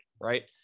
right